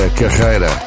carreira